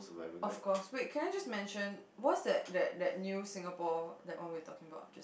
of course wait can I just mention what is that that that new Singapore that one we are talking about